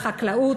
החקלאות,